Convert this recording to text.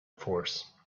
force